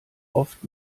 oft